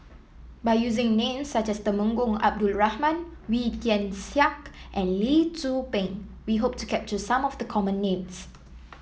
by using names such as Temenggong Abdul Rahman Wee Tian Siak and Lee Tzu Pheng we hope to capture some of the common names